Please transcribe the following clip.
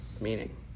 meaning